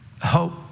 hope